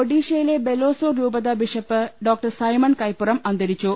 ഒഡിഷയിലെ ബലേസോർ രൂപത bishop doctor Simon Kaippuram അന്തരിച്ചു